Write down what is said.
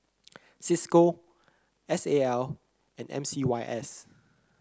Cisco S A L and M C Y S